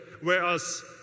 whereas